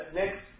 next